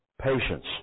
patience